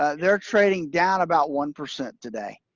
ah they're trading down about one percent today.